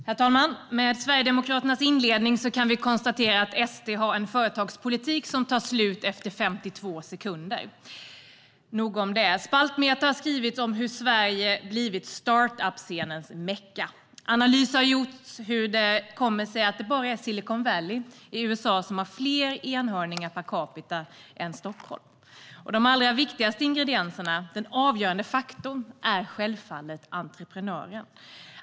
Herr talman! Efter Sverigedemokraternas inledning kan vi konstatera att de har en företagspolitik som tar slut efter 52 sekunder. Nog om det. Spaltmeter har skrivits om hur Sverige blivit startup-scenens mecka. Analyser har gjorts om hur det kommer sig att det bara är Silicon Valley i USA som har fler så kallade enhörningar per capita än Stockholm. Den allra viktigaste ingrediensen - den avgörande faktorn - är självfallet entreprenören.